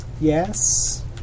Yes